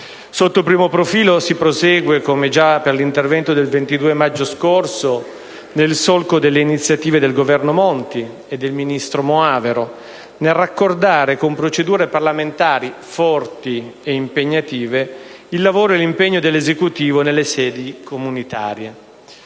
Sotto il primo profilo, si prosegue, come già per l'intervento del 22 maggio scorso, nel solco delle iniziative del Governo Monti e del ministro Moavero, nel raccordare con procedure parlamentari «forti» e impegnative il lavoro e l'impegno dell'Esecutivo nelle sedi comunitarie.